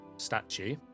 statue